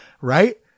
right